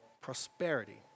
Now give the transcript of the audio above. prosperity